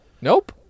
nope